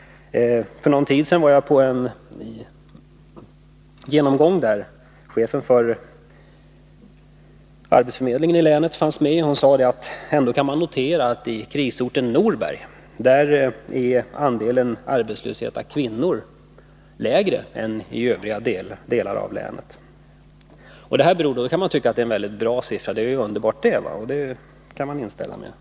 För någon tid sedan var jag på en genomgång där chefen för arbetsförmedlingen i länet fanns med, och han sade att ändå kan man notera att i krisorten Norberg är andelen arbetslösa kvinnor lägre än i övriga delar av länet. Då kan man tycka att det är underbart — det kan man instämma i.